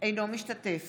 אינו משתתף